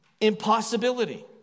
impossibility